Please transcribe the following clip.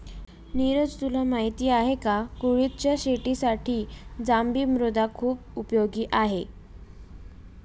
निरज तुला माहिती आहे का? कुळिथच्या शेतीसाठी जांभी मृदा खुप उपयोगी आहे